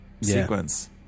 sequence